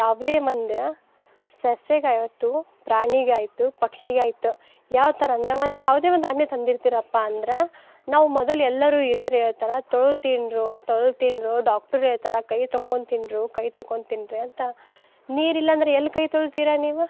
ಯಾವುದೇ ಮಂದ್ಯ ಸಸ್ಯಗಾತು ಪ್ರಾಣಿಗಾಯಿತು ಪಕ್ಷಿಗಾಯಿತು ಯಾವ್ಥರ ಅಂದ್ರೆ ಒಂದು ಯಾವುದೇ ಒಂದು ಹಣ್ಣು ತಂದಿರ್ತಿರಪ್ಪ ಅಂದ್ರೆ ನಾವು ಮೊದುಲು ಎಲ್ಲರು ಹಿರಿಯರು ಹೇಳ್ತಾರ ತೊಳ್ದು ತಿನ್ರೋ ತೊಳ್ದು ತಿನ್ರೋ ಡಾಕ್ಟರ್ ಹೇಳ್ತಾರ ಕೈ ತಕ್ಕೊಂಡ್ ತಿನ್ರೋ ಕೈ ತಕ್ಕೊಂಡ್ ತಿನ್ರೆ ಅಂತ ನೀರಿಲ್ಲ ಅಂದರೆ ಎಲ್ಲಿ ಕೈ ತೊಳ್ತೀರ ನೀವು